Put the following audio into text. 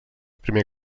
primer